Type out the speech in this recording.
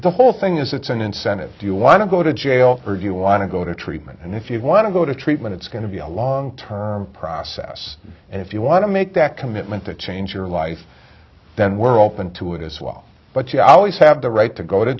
the whole thing is it's an incentive if you want to go to jail or you want to go to treatment and if you want to go to treatment it's going to be a long term process and if you want to make that commitment to change your life then we're open to it as well but you always have the right to go to